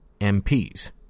MPs